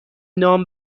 نام